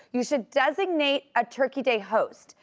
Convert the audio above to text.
you should designate a turkey day host.